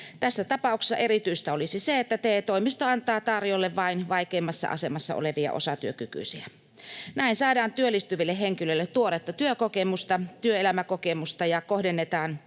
Tässä tapauksessa erityistä olisi se, että TE-toimisto antaa tarjolle vain vaikeimmassa asemassa olevia osatyökykyisiä. Näin saadaan työllistyville henkilöille tuoretta työkokemusta ja työelämäkokemusta ja kohennetaan